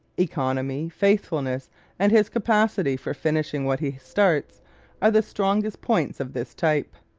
economy, faithfulness and his capacity for finishing what he starts are the strongest points of this type.